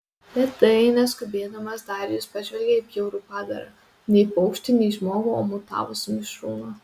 lėtai neskubėdamas darijus pažvelgė į bjaurų padarą nei paukštį nei žmogų o mutavusį mišrūną